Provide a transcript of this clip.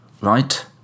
right